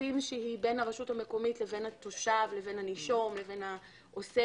יחסים בין הרשות המקומית לבין התושב לבין הנישום לעוסק,